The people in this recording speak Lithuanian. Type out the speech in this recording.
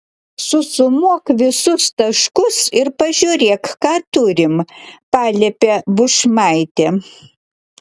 susumuok visus taškus ir pažiūrėk ką turim paliepė bušmaitė